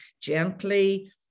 gently